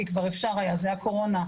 כי בגלל הקורונה היה אפשר,